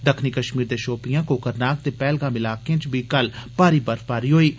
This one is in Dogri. दक्खनी कश्मीर दे शोपियां कोकरनाग ते पहलगाम इलाके च बी कल भारी बर्फबारी होई ऐ